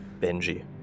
Benji